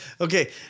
Okay